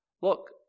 Look